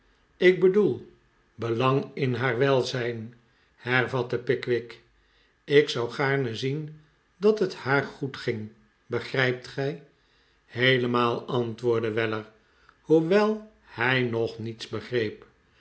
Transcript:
ik bedoel belang in haar welzijn hervatte pickwick ik zou gaarne zien dat het haar goed ging begrijpt gij heelemaal antwoordde weller hoewel hij nog niets begreep